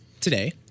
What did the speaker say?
today